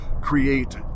create